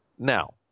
Now